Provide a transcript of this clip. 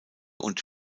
und